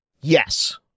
Yes